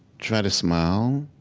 try to smile,